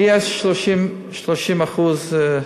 מי ה-30%?